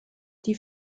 die